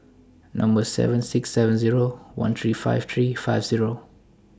Number seven six seven Zero one three five three five Zero